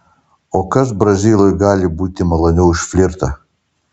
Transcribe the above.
o kas brazilui gali būti maloniau už flirtą